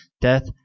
death